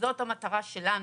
זאת המטרה שלנו.